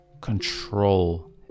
control